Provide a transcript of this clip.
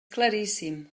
claríssim